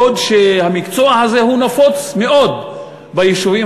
בעוד שהמקצוע הזה הוא נפוץ מאוד ביישובים